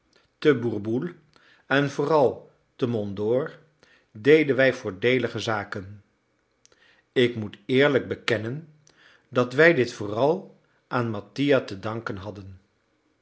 te bourboule en vooral te mont dore deden wij voordeelige zaken ik moet eerlijk bekennen dat wij dit vooral aan mattia te danken hadden